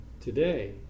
Today